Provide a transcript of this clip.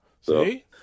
See